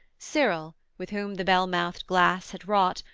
cyril, with whom the bell-mouthed glass had wrought,